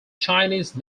chinese